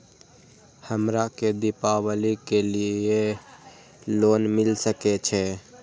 हमरा के दीपावली के लीऐ लोन मिल सके छे?